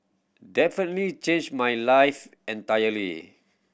definitely change my life entirely